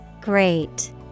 Great